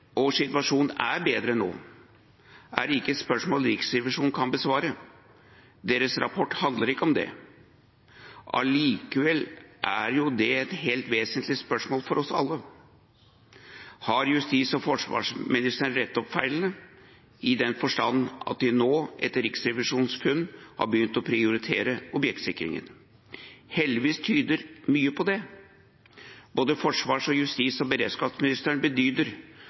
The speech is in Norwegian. Om situasjonen er bedre nå, er ikke et spørsmål Riksrevisjonen kan besvare. Deres rapport handler ikke om det. Likevel er det et helt vesentlig spørsmål for oss alle. Har justis- og beredskapsministeren og forsvarsministeren rettet opp feilene, i den forstand at de nå, etter Riksrevisjonens funn, har begynt å prioritere objektsikring? Heldigvis tyder mye på det. Både forsvarsministeren og justis- og beredskapsministeren